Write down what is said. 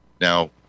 Now